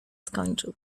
skończył